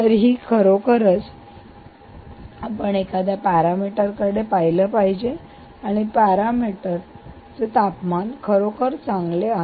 तर ही खरोखरच की आपण एका पॅरामीटरकडे पाहिले पाहिजे आणि त्या पॅरामीटरचे तापमान खरोखर चांगले आहे